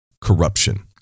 corruption